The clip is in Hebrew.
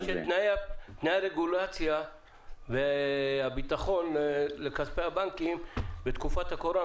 רק אני מקווה שתנאי הרגולציה והביטחון לכספי הבנקים בתקופת הקורונה,